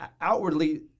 Outwardly